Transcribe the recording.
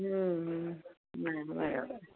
बरं